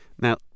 Now